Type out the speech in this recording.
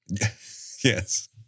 yes